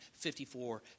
54